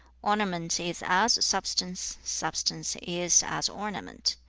ornament is as substance substance is as ornament.